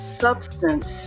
substance